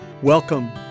Welcome